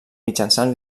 mitjançant